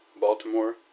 Baltimore